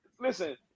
Listen